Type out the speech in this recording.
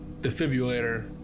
defibrillator